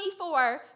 24